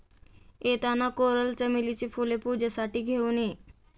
येताना कोरल चमेलीची फुले पूजेसाठी घेऊन ये